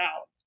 out